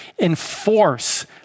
enforce